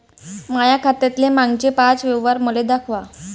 माया खात्यातले मागचे पाच व्यवहार मले दाखवा